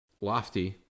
Lofty